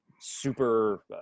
super